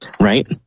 Right